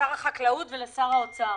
לשר החקלאות ולשר האוצר